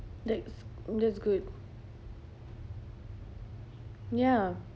that's that's good ya